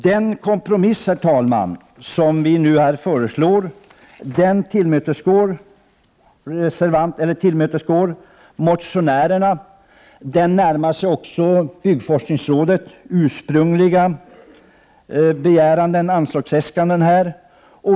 Den kompromiss, herr talman, som utskottet nu föreslår tillmötesgår motionärernas önskemål och närmar sig även byggforskningsrådets ursprungliga anslagsäskande.